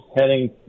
heading